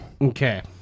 Okay